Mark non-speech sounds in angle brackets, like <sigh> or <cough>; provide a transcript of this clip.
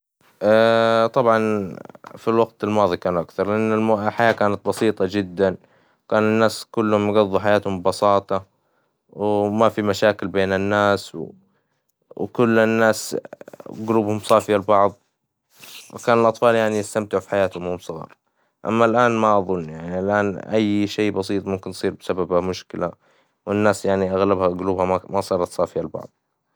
<hesitation> طبعًا في الوقت الماظي كان أكثر لإن الحياة كانت بسيطة جدًا، كان الناس كلهم يقضوا حياتهم ببساطة، وما في مشاكل بين الناس وكل الناس جلوبهم صافية لبعض وكان الأطفال يعني يستمتعوا في حياتهم وهم صغار، أما الآن ما أظن يعني الآن إي شئ بسيط ممكن تصير بسببه مشكلة، والناس يعني أغلبها جلوبها ما ما صارت صافية لبعض.